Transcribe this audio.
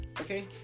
okay